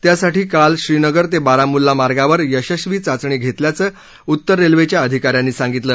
त्यासाठी काल श्रीनगर ते बारामुल्ला मार्गावर यशस्वी चाचणी घेतल्याचं उत्तर रेल्वेच्या अधिकाऱ्यांनी सांगितलं